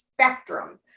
spectrum